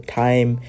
time